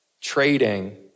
trading